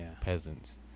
peasants